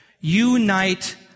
Unite